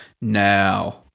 now